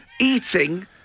eating